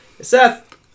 Seth